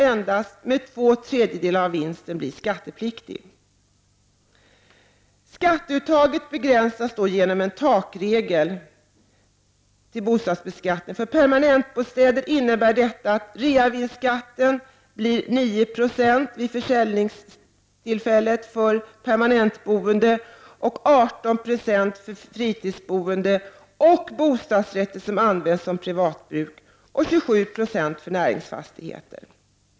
Endast två tredjedelar av vinsten blir skattepliktig. Skatteuttaget begränsas genom en s.k. takregel vid bostadsbeskattningen. För permanentbostäder innebär detta att reavinstskatten högst blir 9 Io av försäljningsvärdet, 18 90 för fritidsbostäder och bostadsrätter som används som privatbostad och 27 96 för näringsfastigheter.